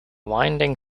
winding